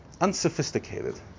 unsophisticated